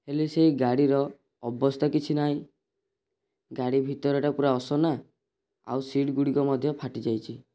ହେଲେ ସେହି ଗାଡ଼ିର ଅବସ୍ଥା କିଛି ନାହିଁ ଗାଡ଼ି ଭିତରଟା ପୁରା ଅସନା ଆଉ ସିଟ୍ ଗୁଡ଼ିକ ମଧ୍ୟ ଫାଟିଯାଇଛି